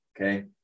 okay